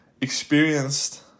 experienced